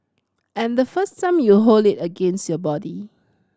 and the first time you hold it against your body